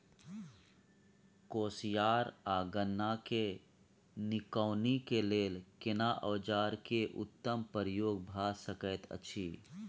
कोसयार आ गन्ना के निकौनी के लेल केना औजार के उत्तम प्रयोग भ सकेत अछि?